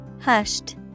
Hushed